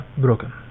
broken